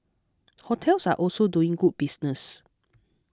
hotels are also doing good business